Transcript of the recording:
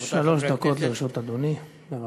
רבותי חברי הכנסת, שלוש דקות לרשות אדוני, בבקשה.